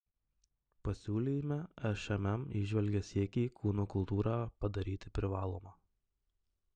pasiūlyme šmm įžvelgia siekį kūno kultūrą padaryti privaloma